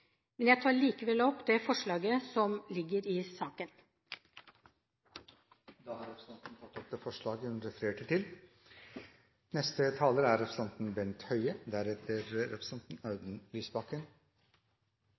men tar det til etterretning. Jeg tar likevel opp Fremskrittspartiets forslag i saken. Representanten Kari Kjønaas Kjos har tatt opp det forslaget hun refererte til.